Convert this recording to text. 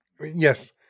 Yes